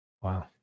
Wow